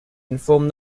informed